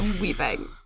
weeping